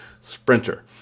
Sprinter